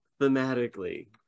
thematically